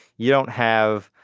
you don't have,